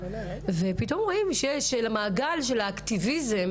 ופתאום שלמעגל של האקטיביזם